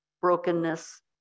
brokenness